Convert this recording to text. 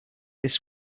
this